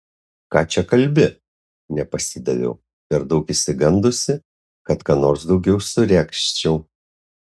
ką čia kalbi nepasidaviau per daug išsigandusi kad ką nors daugiau suregzčiau